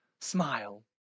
smile